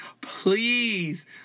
please